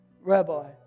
Rabbi